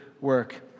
work